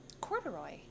Corduroy